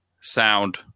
sound